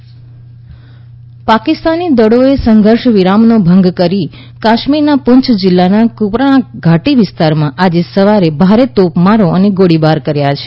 કાશ્મીર સંઘર્ષ વિરામ પાકિસ્તાની દળોએ સંઘર્ષવિરામનો ભંગ કરીને કાશ્મીરના પૂંછ જિલ્લાના કૃપણા ઘાટી વિસ્તારમાં આજે સવારે ભારે તોપમારો અને ગોળીબાર કર્યા છે